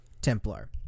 Templar